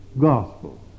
gospel